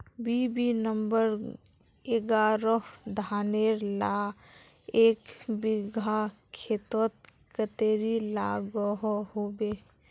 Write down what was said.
BB number एगारोह धानेर ला एक बिगहा खेतोत कतेरी लागोहो होबे?